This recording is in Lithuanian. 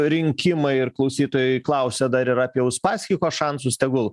rinkimai ir klausytojai klausė dar ir apie uspaskicho šansus tegul